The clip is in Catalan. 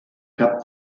cap